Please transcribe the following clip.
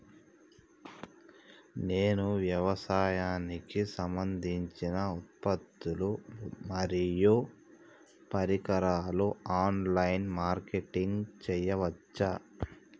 నేను వ్యవసాయానికి సంబంధించిన ఉత్పత్తులు మరియు పరికరాలు ఆన్ లైన్ మార్కెటింగ్ చేయచ్చా?